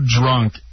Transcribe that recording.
drunk